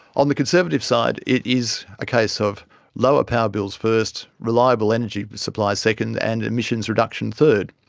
on the conservative side, it is a case of lower power bills first, reliable energy supplies second and emissions reduction third,